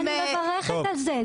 אני מברכת על זה.